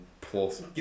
plus